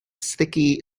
sticky